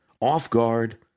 Off-guard